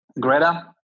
greta